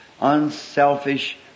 unselfish